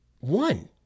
One